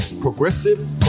progressive